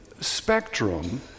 spectrum